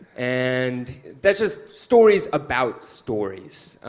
and that's just stories about stories,